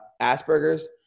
asperger's